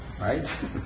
right